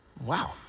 Wow